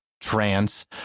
trance